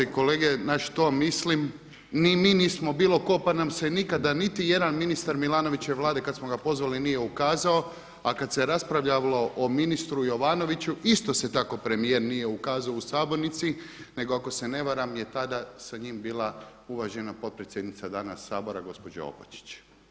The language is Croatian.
Ni mi nismo bilo tko, pa nam se nikada niti jedan ministar Milanovićeve Vlade kad smo ga pozvali nije ukazao, a kad se raspravljalo o ministru Jovanoviću isto se tako premijer nije ukazao u sabornici, nego ako se ne varam je tada sa njim bila uvažena potpredsjednica danas Sabora gospođa Opačić.